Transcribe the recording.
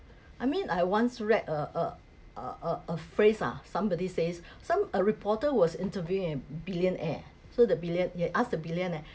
I mean I once read a a a a a phrase ah somebody says some a reporter was interviewing a billionaire so the billionaire asked the billionaire